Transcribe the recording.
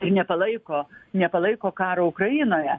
ir nepalaiko nepalaiko karo ukrainoje